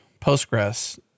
Postgres